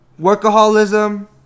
workaholism